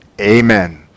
Amen